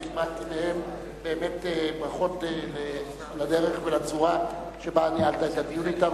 קיבלתי מהם ברכות על הדרך והצורה שבה ניהלת את הדיון אתם,